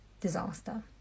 Disaster